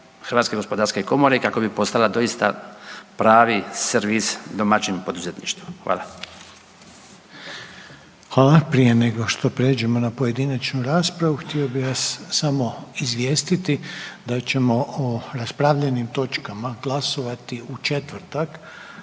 same, same HGK kako bi postala doista pravi servis domaćem poduzetništvu. Hvala. **Reiner, Željko (HDZ)** Hvala. Prije nego što pređemo na pojedinačnu raspravu htio bih vas samo izvijestiti da ćemo o raspravljenim točkama glasovati u četvrtak